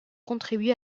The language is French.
contribué